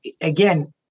again